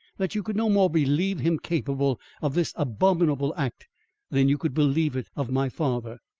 that you could no more believe him capable of this abominable act than you could believe it of my father.